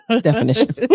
definition